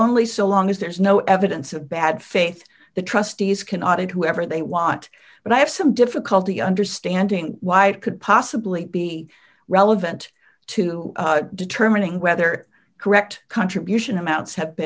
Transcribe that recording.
only so long as there's no evidence of bad faith the trustees can audit whoever they want but i have some difficulty understanding why it could possibly be relevant to determining whether correct contribution amounts h